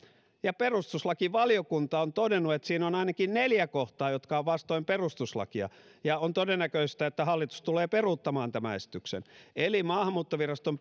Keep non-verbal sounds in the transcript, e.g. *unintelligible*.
ja perustuslakivaliokunta on todennut että siinä on ainakin neljä kohtaa jotka ovat vastoin perustuslakia ja on todennäköistä että hallitus tulee peruuttamaan tämän esityksen eli maahanmuuttoviraston *unintelligible*